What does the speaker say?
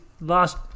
last